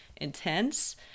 intense